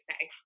say